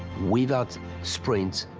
without sprint,